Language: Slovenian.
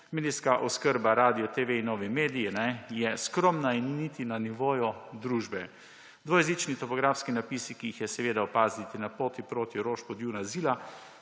medijska oskrba radio, TV in novi mediji je skromna in niti na nivoju družbe. Dvojezično topografski napisi, ki jih je seveda opaziti na poti proti Rožu, Podjuni,